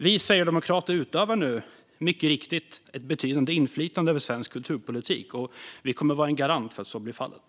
Vi sverigedemokrater utövar nu mycket riktigt ett betydande inflytande över svensk kulturpolitik, och vi kommer att vara en garant för att så blir fallet.